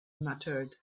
muttered